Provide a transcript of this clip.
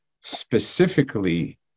specifically